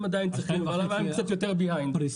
הם עדיין צריכים אבל הם קצת יותר מאחור.